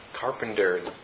carpenter